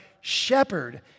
shepherd